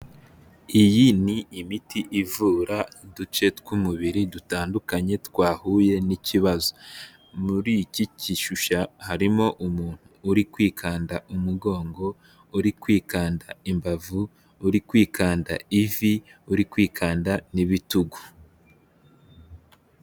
Iyi ni imiti ivura uduce tw'umubiri dutandukanye twahuye n'ikibazo. Muri iki kishusha harimo umuntu uri kwikanda umugongo, uri kwikanda imbavu, uri kwikanda ivi, uri kwikanda n'ibitugu.